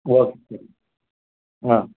okay ஆ